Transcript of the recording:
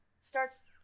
Starts